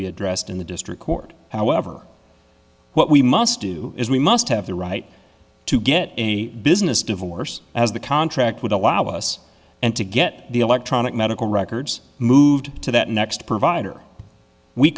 be addressed in the district court however what we must do is we must have the right to get a business divorce as the contract would allow us and to get the electronic medical records moved to that next provider we